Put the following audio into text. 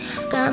Got